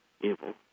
evil